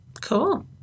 Cool